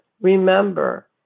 Remember